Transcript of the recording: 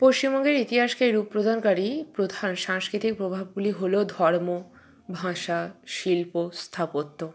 পশ্চিমবঙ্গের ইতিহাসকে রূপ প্রদানকারী প্রথার সাংস্কৃতিক প্রভাবগুলি হল ধর্ম ভাষা শিল্প স্থাপত্য